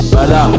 Bala